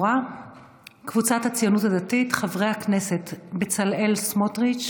קבוצת סיעת הציונות הדתית: חברי הכנסת בצלאל סמוטריץ',